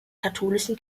katholischen